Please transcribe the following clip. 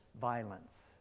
violence